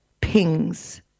pings